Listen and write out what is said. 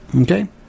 okay